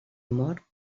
amor